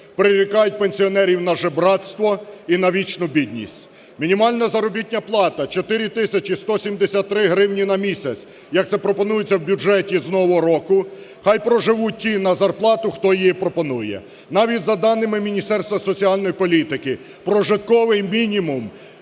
прирікають пенсіонерів на жебрацтво і на вічну бідність. Мінімальна заробітна плата – 4 тисячі 173 гривні на місяць, як це пропонується в бюджеті з нового року, хай проживуть ті на зарплату, хто її пропонує. Навіть за даними Міністерства соціальної політики прожитковий мінімум